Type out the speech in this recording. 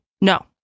No